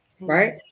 right